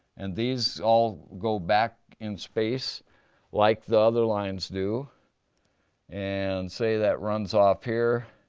and these all go back in space like the other lines do and say that runs off here,